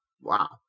Wow